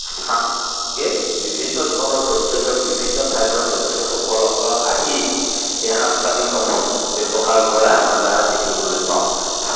স্থা বিভিন্ন ধৰণৰ পৰ্যটক বিভিন্ন ঠাইৰ পৰা পৰ্যটকসকল অকল আহি এই সাঁজপানীসমূহ ব্যৱহাৰ কৰা আমি দেখিবলৈ পাওঁ